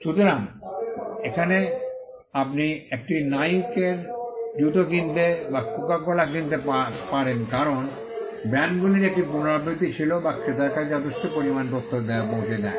সুতরাং এখন আপনি একটি নাইকের জুতো কিনতে বা কোকা কোলা কিনতে পারেন কারণ ব্র্যান্ডগুলির একটি পুনরাবৃত্তি ছিল যা ক্রেতার কাছে যথেষ্ট পরিমাণে তথ্য পৌঁছে দেয়